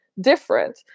different